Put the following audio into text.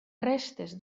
restes